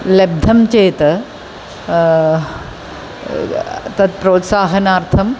लब्धं चेत् तत् प्रोत्साहनार्थम्